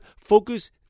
focus